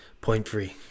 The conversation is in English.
point-free